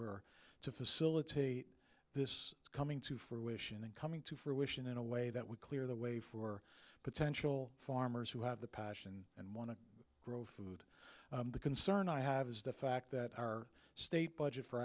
were to facilitate this coming to fruition and coming to fruition in a way that would clear the way for potential farmers who have the passion and want to grow food the concern i have is the fact that our state budget for